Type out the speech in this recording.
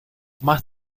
más